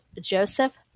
Joseph